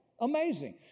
Amazing